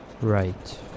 Right